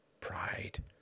Pride